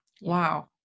Wow